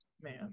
man